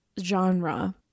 genre